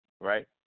right